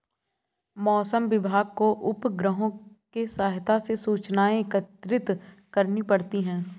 मौसम विभाग को उपग्रहों के सहायता से सूचनाएं एकत्रित करनी पड़ती है